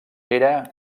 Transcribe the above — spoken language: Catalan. era